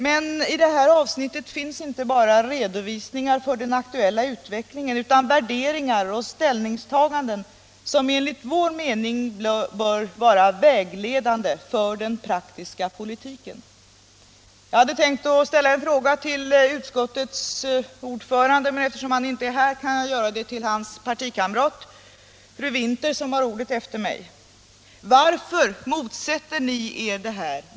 Men i detta avsnitt finns inte bara redovisningar för den aktuella utvecklingen, utan värderingar och ställningstaganden som enligt vår mening bör bli vägledande i den praktiska politiken. Jag hade tänkt ställa en fråga till utskottets ordförande, men eftersom han inte är här kan jag göra det till hans partikamrat fru Winther, som har ordet efter mig: Varför motsätter ni er det här?